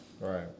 Right